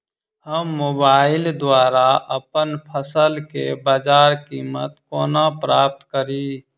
हम मोबाइल द्वारा अप्पन फसल केँ बजार कीमत कोना प्राप्त कड़ी?